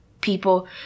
people